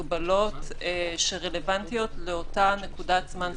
הגבלות שרלוונטיות לאותה נקודת זמן ספציפית,